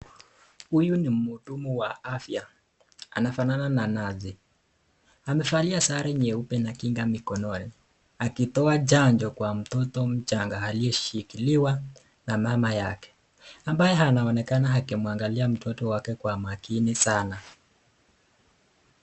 Huyu ni mhudumu wa afya, anafanana na nasi, amevalia sare nyeupe na kinga mikononi akitoa chanjo kwa mtoto mchanga aliyeshikiliwa na mama yake ambaye anaonekana akimwagalia mtoto wake kwa makini sana.